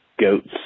goats